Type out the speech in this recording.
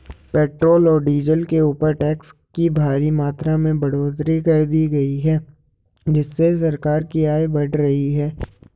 petrol और diesel के ऊपर टैक्स की भारी मात्रा में बढ़ोतरी कर दी गई है जिससे सरकार की आय बढ़ रही है